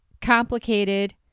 complicated